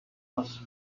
was